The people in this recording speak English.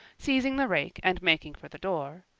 seizing the rake and making for the door.